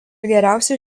geriausiai